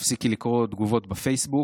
תפסיקי לקרוא תגובות בפייסבוק,